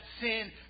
sin